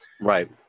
Right